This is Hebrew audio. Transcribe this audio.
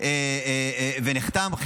וחלקו נחתם,